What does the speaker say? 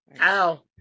Ow